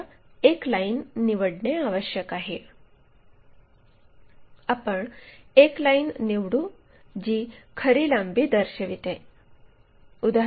आपल्याला एक लाईन निवडणे आवश्यक आहे आपण एक लाईन निवडू जी खरी लांबी दर्शविते